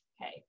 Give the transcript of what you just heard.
Okay